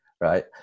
right